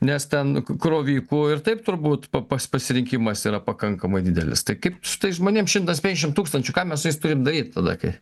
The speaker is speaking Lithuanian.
nes ten k krovikų ir taip turbūt pa pas pasirinkimas yra pakankamai didelis tai kaip su tais žmonėm šimtas penkiasšim tūkstančių ką mes su jais turim daryt tada kai